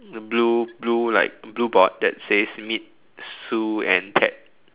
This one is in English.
blue blue like blue board that says meet Sue and Ted